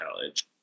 college